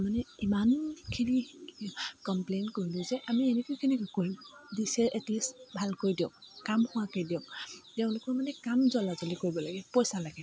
মানে ইমানখিনি কমপ্লেইন কৰিলোঁ যে আমি এনেকৈ কেনেকৈ কৰিম দিছে এটলিষ্ট ভালকৈ দিয়ক কাম হোৱাকে দিয়ক তেওঁলোকৰ মানে কাম জল্দা জল্দি কৰিব লাগে পইচা লাগে